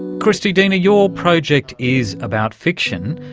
christy dena, your project is about fiction.